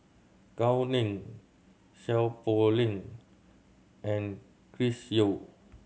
Gao Ning Seow Poh Leng and Chris Yeo